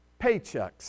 paychecks